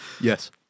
Yes